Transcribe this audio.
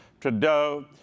Trudeau